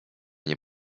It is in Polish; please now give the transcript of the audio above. nie